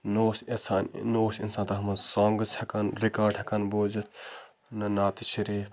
نَہ اوس اِنسان نہٕ اوس اِنسان تتھ منٛز سانٛگٕس ہٮ۪کان رِکاڈ ہٮ۪کان بوٗزِتھ نہٕ نعتِ شریٖف